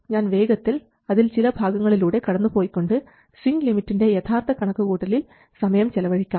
അതിനാൽ ഞാൻ വേഗത്തിൽ അതിൽ ചില ഭാഗങ്ങളിലൂടെ കടന്നു പോയിക്കൊണ്ട് സ്വിങ് ലിമിറ്റിൻറെ യഥാർത്ഥ കണക്കുകൂട്ടലിൽ സമയം ചെലവഴിക്കാം